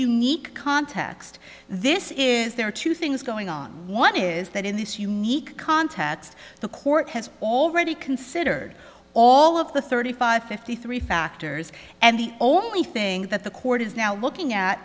unique context this is there are two things going on one is that in this unique context the court has already considered all of the thirty five fifty three factors and the only thing that the court is now looking at